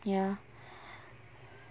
ya